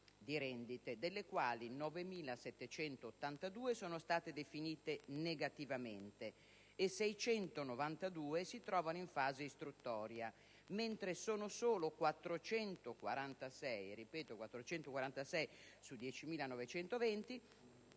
delle quali 9.782 sono state definite negativamente e 692 si trovano in fase istruttoria, mentre sono solo 446 su 10.920